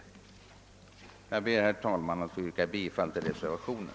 Jag ber, herr talman, att få yrka bifall till reservationen.